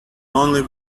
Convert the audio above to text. only